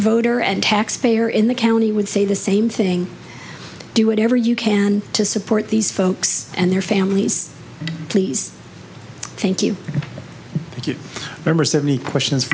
voter and taxpayer in the county would say the same thing do whatever you can to support these folks and their families please thank you thank you members of many questions